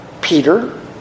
Peter